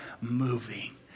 Moving